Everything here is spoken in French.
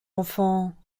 enfant